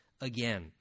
again